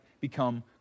become